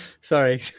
sorry